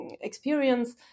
experience